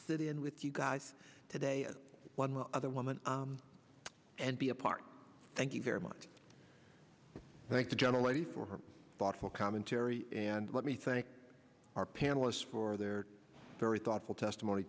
sit in with you guys today and one other woman and be a part thank you very much thank the general a for her thoughtful commentary and let me thank our panelists for their very thoughtful testimony